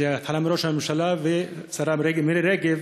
זה מתחיל מראש הממשלה והשרה מירי רגב,